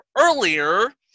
earlier